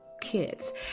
kids